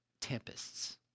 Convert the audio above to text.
tempests